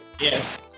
Yes